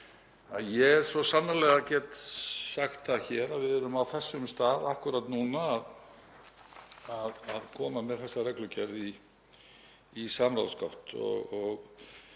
get svo sannarlega sagt það hér að við erum á þessum stað akkúrat núna, erum að koma með þessa reglugerð í samráðsgátt.